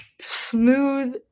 smooth